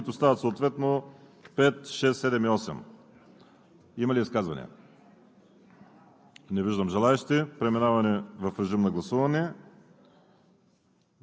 предложенията за § 1, 2, 3 и 4, които стават съответно § 5, 6, 7 и 8. Има ли изказвания?